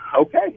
okay